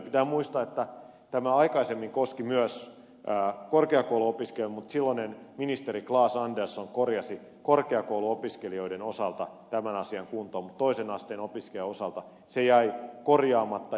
pitää muistaa että tämä aikaisemmin koski myös korkeakouluopiskelijoita mutta silloinen ministeri claes andersson korjasi korkeakouluopiskelijoiden osalta tämän asian kuntoon mutta toisen asteen opiskelijoiden osalta se jäi korjaamatta